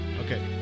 Okay